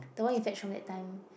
the one you fetch on that time